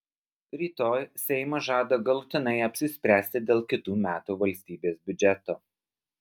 rytoj seimas žada galutinai apsispręsti dėl kitų metų valstybės biudžeto